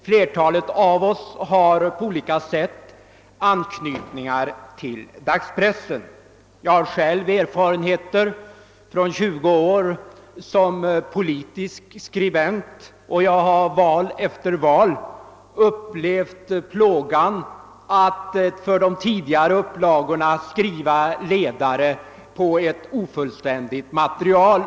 Flertalet av oss har på olika sätt anknytning till dagspressen. Själv har jag 20 års erfarenhet som politisk skribent, och jag har val efter val upplevt plågan att för de tidigare upplagorna skriva ledare byggda på ett ofullständigt material.